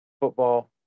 football